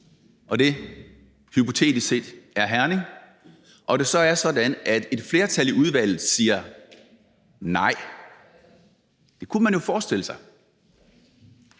at det hypotetisk set er Herning, og at det så er sådan, at et flertal i udvalget siger nej – det kunne man jo forestille sig.